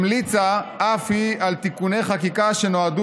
המליצה אף היא על תיקוני חקיקה שנועדו